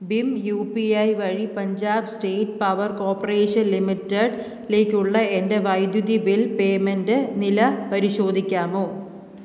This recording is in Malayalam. ഭീം യു പി ഐ വഴി Punjab state power corporation limited ലേക്കുള്ള എൻ്റെ വൈദ്യുതി ബിൽ പേയ്മെൻറ്റ് നില പരിശോധിക്കാമോ